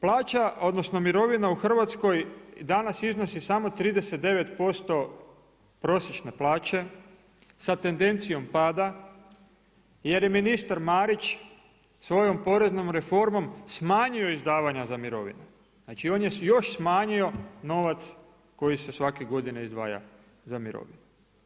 Plaća odnosno mirovina u Hrvatskoj danas iznosi samo 39% prosječne plaće sa tendencijom pada, jer im je ministar Marić svojom poreznom reformom, smanjio izdavanja za mirovine, znači on je još smanjio novac koji se svake godine izdvaja za mirovine.